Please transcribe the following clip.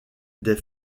des